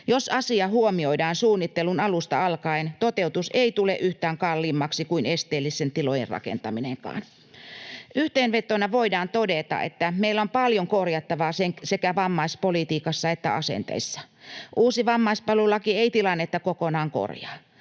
Jos asia huomioidaan suunnittelun alusta alkaen, toteutus ei tule yhtään kalliimmaksi kuin esteellisten tilojenkaan rakentaminen. Yhteenvetona voidaan todeta, että meillä on paljon korjattavaa sekä vammaispolitiikassa että asenteissa. Uusi vammaispalvelulaki ei tilannetta kokonaan korjaa.